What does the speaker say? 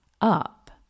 up